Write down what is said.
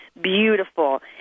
beautiful